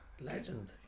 Legend